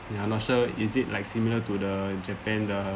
yeah I not sure is it like similar to the japan the